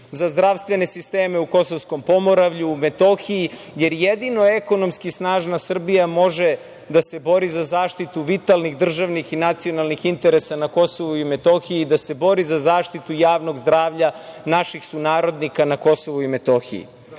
za zdravstvene sisteme u Kosovskom pomoravlju, Metohiji, jer jedino ekonomski snažna Srbija može da se bori za zaštitu vitalnih državnih i nacionalnih interesa na KiM i da se bori za zaštitu javnog zdravlja naših sunarodnika na KiM.U